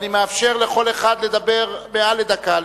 ואני מאפשר לכל אחד לדבר מעל לדקה,